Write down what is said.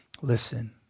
Listen